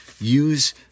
use